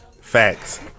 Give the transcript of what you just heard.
Facts